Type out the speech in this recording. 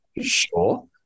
sure